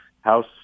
House